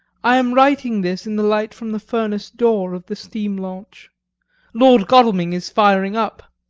i am writing this in the light from the furnace door of the steam launch lord godalming is firing up.